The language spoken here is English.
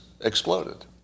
exploded